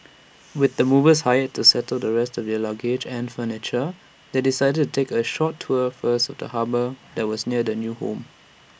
with the movers hired to settle the rest of their luggage and furniture they decided to take A short tour first of the harbour that was near their new home